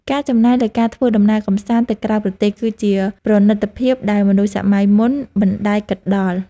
ការចំណាយលើការធ្វើដំណើរកម្សាន្តទៅក្រៅប្រទេស គឺជាប្រណីតភាពដែលមនុស្សសម័យមុនមិនដែលគិតដល់។